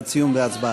עד סיום והצבעה.